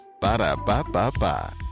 Ba-da-ba-ba-ba